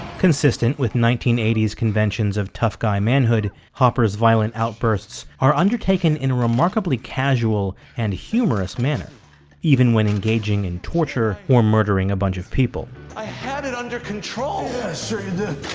consistent with nineteen eighty s conventions of tough-guy manhood hopper's violent outbursts are undertaken in a remarkably casual and humorous manner even when engaging in torture or murdering a bunch of people i had it under control yeah, sure you did